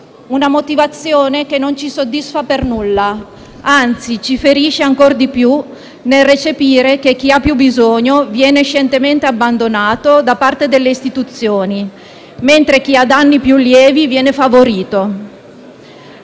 una motivazione che non ci soddisfa per nulla, anzi, ci ferisce ancor di più, nel recepire che chi ha più bisogno viene scientemente abbandonato da parte delle istituzioni, mentre chi ha danni più lievi viene favorito.